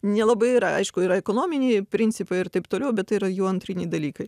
nelabai yra aišku yra ekonominiai principai ir taip toliau bet tai yra jau antriniai dalykai